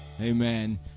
Amen